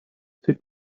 city